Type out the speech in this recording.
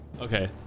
Okay